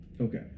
Okay